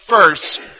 first